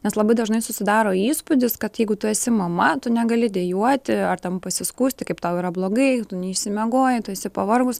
nes labai dažnai susidaro įspūdis kad jeigu tu esi mama tu negali dejuoti ar tam pasiskųsti kaip tau yra blogai tu neišsimiegojai tu esi pavargus